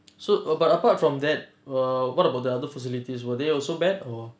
so uh but apart from that err what about the other facilities were they also bad or